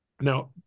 now